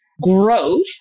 growth